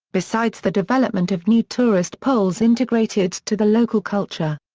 besides the development of new tourist poles integrated to the local culture.